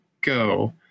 go